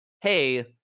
hey